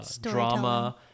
drama